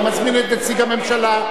אני מזמין את נציג הממשלה,